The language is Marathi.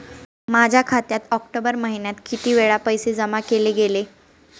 माझ्या खात्यात ऑक्टोबर महिन्यात किती वेळा पैसे जमा केले गेले?